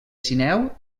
sineu